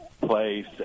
place